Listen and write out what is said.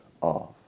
off